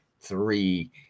three